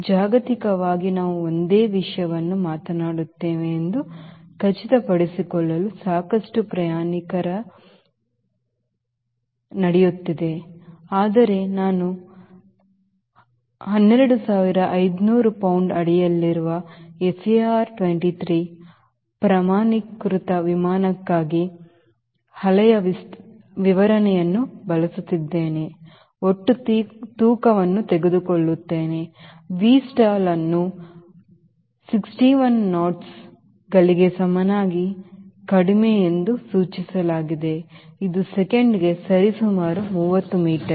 ಜಾಗತಿಕವಾಗಿ ನಾವು ಒಂದೇ ವಿಷಯವನ್ನು ಮಾತನಾಡುತ್ತೇವೆ ಎಂದು ಖಚಿತಪಡಿಸಿಕೊಳ್ಳಲು ಸಾಕಷ್ಟು ಪ್ರಮಾಣೀಕರಣ ನಡೆಯುತ್ತಿದೆ ಆದರೆ ನಾನು 12500 ಪೌಂಡ್ ಅಡಿಯಲ್ಲಿರುವ FAR 23 ಪ್ರಮಾಣೀಕೃತ ವಿಮಾನಕ್ಕಾಗಿ ಹಳೆಯ ವಿವರಣೆಯನ್ನು ಬಳಸುತ್ತಿದ್ದೇನೆ ಒಟ್ಟು ತೂಕವನ್ನು ತೆಗೆದುಕೊಳ್ಳುತ್ತೇನೆ Vstallಅನ್ನು 61 ಗಂಟುಗಳಿಗೆ ಸಮನಾಗಿ ಕಡಿಮೆ ಎಂದು ಸೂಚಿಸಲಾಗಿದೆ ಇದು ಸೆಕೆಂಡಿಗೆ ಸರಿಸುಮಾರು 30 ಮೀಟರ್